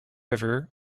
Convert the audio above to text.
river